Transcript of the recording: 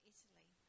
Italy